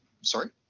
Sorry